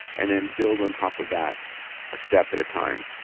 and then build on top of that a step at a time.